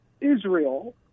Israel